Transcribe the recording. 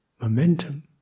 momentum